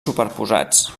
superposats